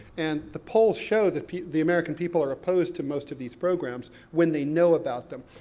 and the polls show that the american people are opposed to most of these programs, when they know about them.